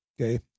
Okay